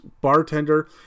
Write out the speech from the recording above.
bartender